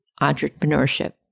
entrepreneurship